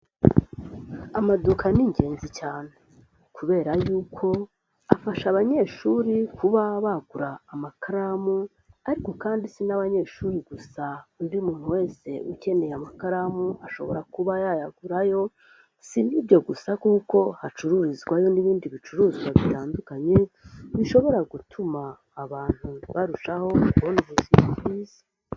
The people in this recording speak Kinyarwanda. Amaduka ni ingenzi cyane, kubera yuko afasha abanyeshuri kuba bagura amakaramu ariko kandi si n'abanyeshuri gusa, undi muntu wese ukeneye amakaramu ashobora kuba yayagurayo, si n'ibyo gusa kuko hacururizwayo n'ibindi bicuruzwa bitandukanye, bishobora gutuma abantu barushaho kubona ubuzima bwiza.